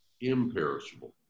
imperishable